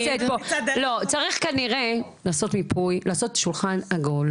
צריך כנראה לעשות מיפוי, לעשות שולחן עגול.